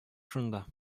шунда